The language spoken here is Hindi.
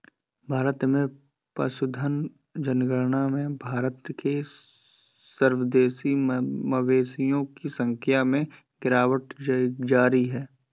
भारत में पशुधन जनगणना में भारत के स्वदेशी मवेशियों की संख्या में गिरावट जारी है